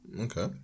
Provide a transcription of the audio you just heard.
Okay